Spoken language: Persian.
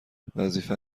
وظیفت